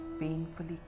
Painfully